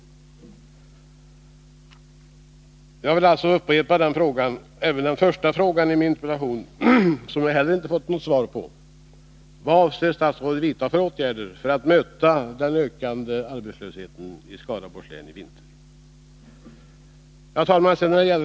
Jag vill även upprepa den första frågan i min interpellation, som jag inte heller fått något svar på: Vad avser statsrådet vidta för åtgärder för att möta den ökande arbetslösheten i Skaraborgs län i vinter? Herr talman!